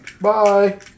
Bye